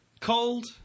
Cold